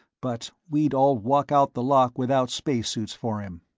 but we'd all walk out the lock without spacesuits for him.